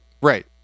Right